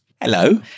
Hello